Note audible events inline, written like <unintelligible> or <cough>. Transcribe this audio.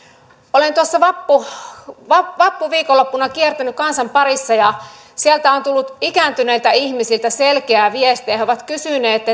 olen tuossa vappuviikonloppuna kiertänyt kansan parissa ja sieltä on tullut ikääntyneiltä ihmisiltä selkeää viestiä he ovat kysyneet <unintelligible>